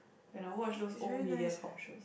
when I watch those old Mediacorp shows